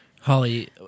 Holly